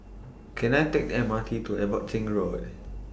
Can I Take The M R T to Abbotsingh Road